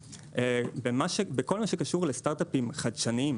בכל מה שקשור לסטארט-אפים חדשניים,